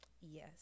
yes